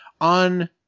On